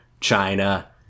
China